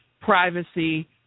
privacy